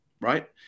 right